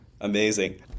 Amazing